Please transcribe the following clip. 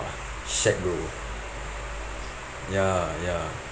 shag bro ya ya